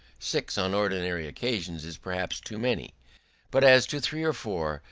six on ordinary occasions is perhaps too many but as to three or four,